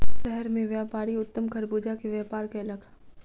शहर मे व्यापारी उत्तम खरबूजा के व्यापार कयलक